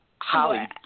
Holly